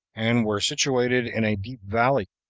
and were situated in a deep valley,